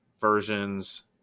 versions